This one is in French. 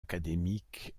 académique